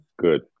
Good